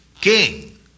king